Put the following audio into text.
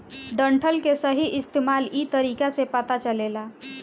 डंठल के सही इस्तेमाल इ तरीका से पता चलेला